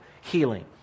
healing